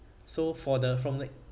so for the from like